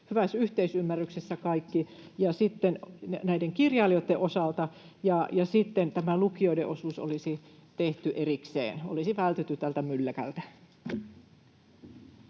hyvässä yhteisymmärryksessä, näiden kirjailijoiden osalta ja sitten lukijoiden osuus olisi tehty erikseen — olisi vältytty tältä mylläkältä.